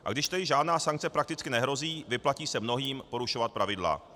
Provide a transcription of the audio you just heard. A když tedy žádná sankce prakticky nehrozí, vyplatí se mnohým porušovat pravidla.